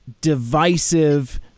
divisive